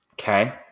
Okay